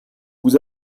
vous